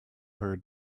her